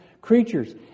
Creatures